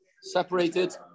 separated